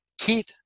Keith